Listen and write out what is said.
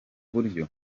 buryo